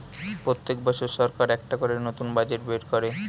পোত্তেক বছর সরকার একটা করে নতুন বাজেট বের কোরে